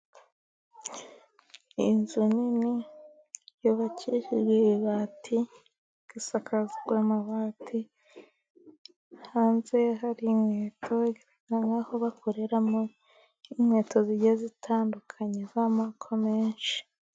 Inzu nini yukishije ibibati isakajwe amabati, hanze hari inkweto ni nkaho bakoreramo inkweto zigiye zitandukanye z'amoko menshi.